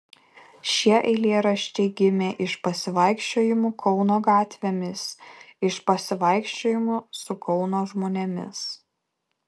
šie eilėraščiai gimė iš pasivaikščiojimų kauno gatvėmis iš pasivaikščiojimų su kauno žmonėmis